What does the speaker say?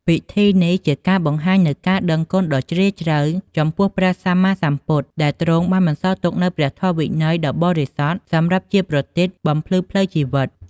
ពិធីនេះជាការបង្ហាញនូវការដឹងគុណដ៏ជ្រាលជ្រៅចំពោះព្រះសម្មាសម្ពុទ្ធ ដែលទ្រង់បានបន្សល់ទុកនូវព្រះធម៌វិន័យដ៏បរិសុទ្ធសម្រាប់ជាប្រទីបបំភ្លឺផ្លូវជីវិត។